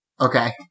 Okay